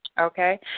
okay